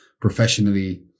professionally